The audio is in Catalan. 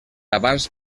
abans